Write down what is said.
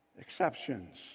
exceptions